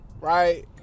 right